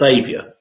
saviour